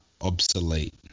obsolete